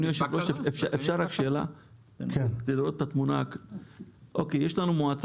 אתה יודע כמה גורמי